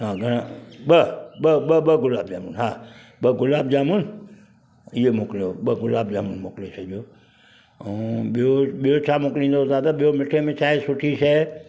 हा घणा ॿ ॿ ॿ ॿ गुलाब जामुन हा ॿ गुलाब जामुन इहो मोकिलियो ॿ गुलाब जामुन मोकिले छॾियो ऐं ॿियो ॿियो छा मोकिलींदो दादा ॿियो मिठे में छा आहे सुठी शइ